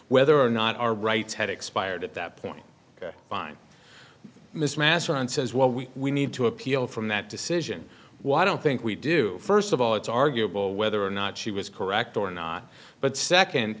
whether or not our rights had expired at that point ok fine mr masur on says what we need to appeal from that decision why don't think we do first of all it's arguable whether or not she was correct or not but second